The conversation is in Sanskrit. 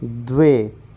द्वे